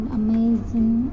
amazing